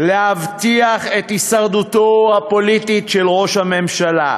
להבטיח את הישרדותו הפוליטית של ראש הממשלה.